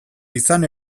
izan